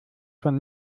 von